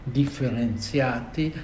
differenziati